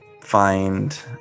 find